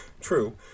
true